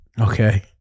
Okay